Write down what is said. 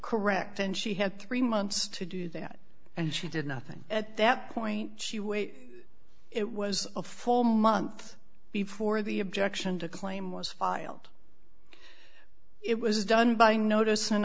correct and she had three months to do that and she did nothing at that point she weighed it was a full month before the objection to claim was filed it was done by notice an